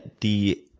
the